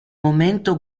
momento